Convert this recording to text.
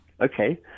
okay